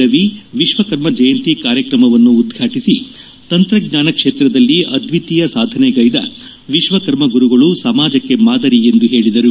ರವಿ ವಿಶ್ವಕರ್ಮ ಜಯಂತಿ ಕಾರ್ಯಕ್ರಮವನ್ನು ಉದ್ವಾಟಿಸಿ ತಂತ್ರಜ್ಞಾನ ಕ್ಷೇತ್ರದಲ್ಲಿ ಅದ್ವಿತೀಯ ಸಾಧನೆಗ್ಟೆದ ವಿಶ್ವಕರ್ಮ ಗುರುಗಳು ಸಮಾಜಕ್ಕೆ ಮಾದರಿ ಎಂದು ಹೇಳಿದರು